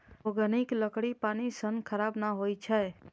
महोगनीक लकड़ी पानि सं खराब नै होइ छै